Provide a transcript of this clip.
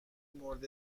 مورد